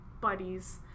buddies